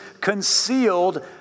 concealed